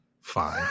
fine